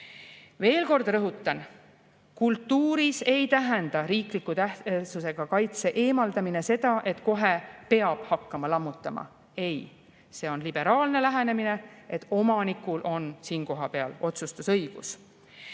Veel kord rõhutan: kultuuris ei tähenda riikliku tähtsusega kaitse eemaldamine seda, et kohe peab hakkama lammutama. Ei, see on liberaalne lähenemine, et omanikul on siin kohapeal otsustusõigus.